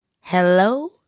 Hello